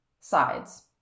sides